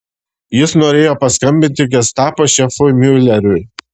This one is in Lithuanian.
jis norėjo paskambinti gestapo šefui miuleriui